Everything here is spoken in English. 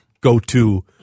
go-to